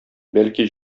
бәлки